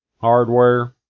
hardware